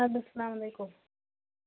اَدٕ حظ السلام علیکُم